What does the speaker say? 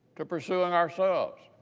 to pursuing ourselves.